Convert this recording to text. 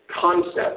concept